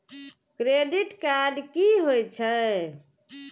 Credit card की होई छै?